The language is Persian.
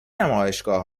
نمایشگاه